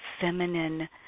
feminine